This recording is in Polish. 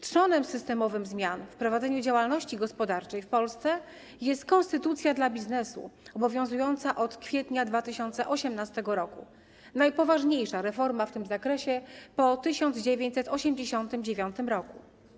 Trzonem systemowym zmian w prowadzeniu działalności gospodarczej w Polsce jest konstytucja biznesu, obowiązująca od kwietnia 2018 r., najpoważniejsza reforma w tym zakresie po 1989 r.